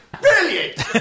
Brilliant